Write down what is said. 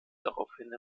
daraufhin